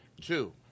Two